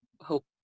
hope